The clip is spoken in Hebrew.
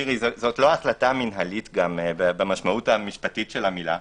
זו לא החלטה מינהלית במשמעות המשפטית של המילה.